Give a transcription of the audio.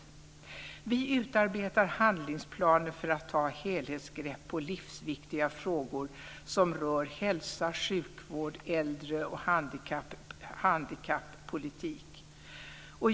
Vi utarbetar handlingsplaner för att ta helhetsgrepp på livsviktiga frågor som rör hälsa, sjukvård, äldre och handikappolitik.